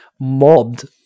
mobbed